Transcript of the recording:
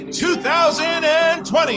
2020